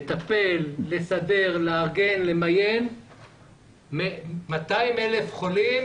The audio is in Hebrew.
לטפל, לסדר, לארגן ולמיין 200 אלף חולים